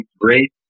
great